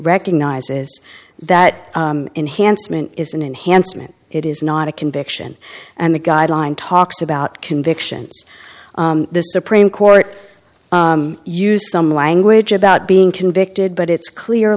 recognizes that enhancement is an enhancement it is not a conviction and the guideline talks about convictions the supreme court used some language about being convicted but it's clear